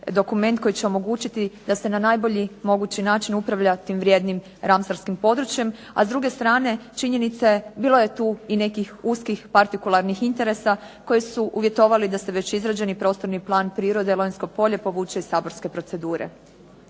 dokument koji će omogućiti da se na najbolji mogući način upravlja tim vrijednim ramstarskim područjem, a s druge strane činjenica je bilo je tu i nekih uskih partikularnih interesa koji su uvjetovali da ste već izrađeni prostorni plan prirode Lonjsko polje povuče iz saborske procedure.